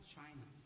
China